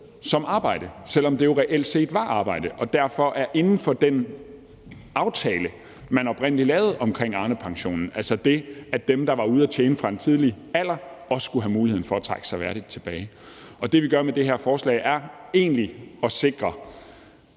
som arbejde, selv om det jo reelt set var arbejde og derfor inden for den aftale, man oprindelig lavede, omkring Arnepensionen, altså det, at dem, der går ud at tjene fra en tidlig alder, også skulle have muligheden for at trække sig værdigt tilbage. Det, vi gør med det her forslag, er egentlig at sikre